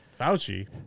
Fauci